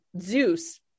Zeus